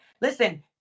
listen